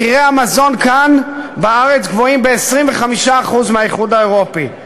מחירי המזון כאן בארץ גבוהים ב-25% מבאיחוד האירופי.